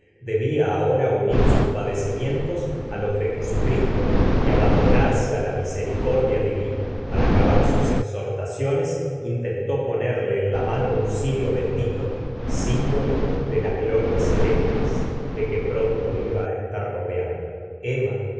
debía ahora unir sus padecimientos á los de jesu cristo y abandonarse á la misericordia divina al acabar sus exhortaciones intentó ponerle en la mano un cirio bendito símbolo de las glorias celestes de que pronto iba á estar rodeada emma